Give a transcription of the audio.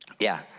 yeah.